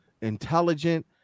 intelligent